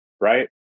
right